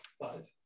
five